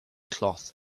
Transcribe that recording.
cloth